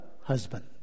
husband